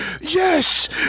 yes